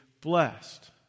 blessed